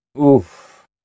Oof